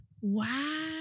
Wow